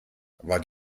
wart